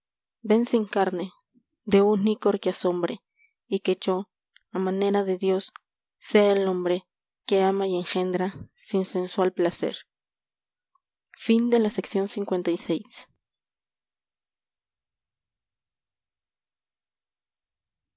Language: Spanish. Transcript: van sin carne de un ícor que asombre y que yo a manera de dios sea el hombre que ama y engendra sin sensual placer